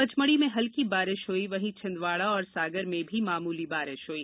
पचमड़ी में हल्कि बारिश हुई वहीं छिंदवाड़ा और सागर में भी मामूली बारिश हुई